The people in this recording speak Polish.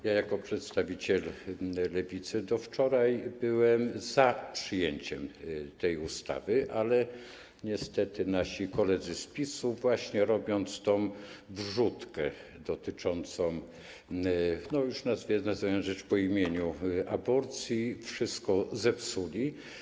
Ja jako przedstawiciel Lewicy do wczoraj byłem za przyjęciem tej ustawy, ale niestety nasi koledzy z PiS-u, właśnie robiąc tę wrzutkę dotyczącą, już nazywając rzecz po imieniu, aborcji, wszystko zepsuli.